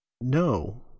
No